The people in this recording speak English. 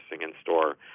in-store